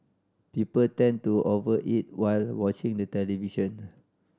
people tend to over eat while watching the television